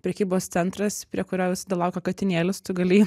prekybos centras prie kurio visada laukia katinėlis tu gali